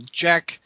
Jack